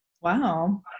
Wow